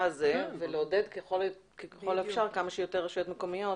הזה ולעודד ככל האפשר כמה שיותר רשויות מקומיות